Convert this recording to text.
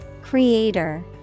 Creator